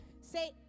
Say